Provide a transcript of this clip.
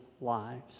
lives